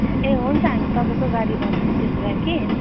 ए हुन्छ हामी तपाईँको गाडी भन्छ नि त्यसो भए कि